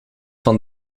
van